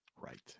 Right